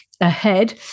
ahead